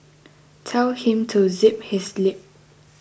tell him to zip his lip